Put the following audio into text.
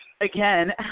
again